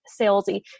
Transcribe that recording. salesy